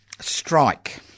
strike